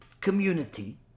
community